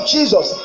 Jesus